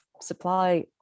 supply